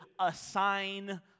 assign